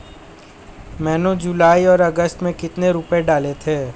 मैंने जुलाई और अगस्त में कितने रुपये डाले थे?